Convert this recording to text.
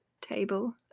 table